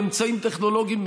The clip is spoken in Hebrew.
באמצעים טכנולוגיים,